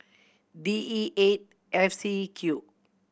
D E eight F C Q